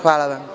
Hvala